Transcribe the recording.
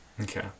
Okay